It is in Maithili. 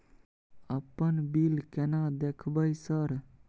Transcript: अपन बिल केना देखबय सर?